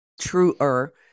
truer